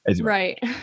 Right